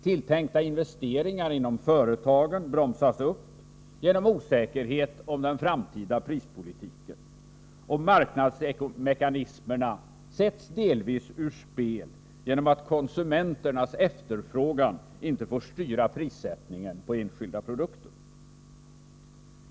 Tilltänkta investeringar inom företagen bromsas upp genom osäkerhet om den framtida prispolitiken, och marknadsmekanismerna sätts i viss mån ur spel genom att 31 konsumenternas efterfrågan inte får styra prissättningen på enskilda produkter.